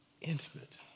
intimate